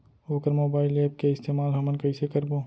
वोकर mobile app के इस्तेमाल हमन कइसे करबो?